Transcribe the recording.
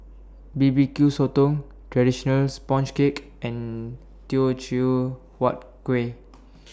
B B Q Sotong Traditional Sponge Cake and Teochew Huat Kueh